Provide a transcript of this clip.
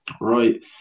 right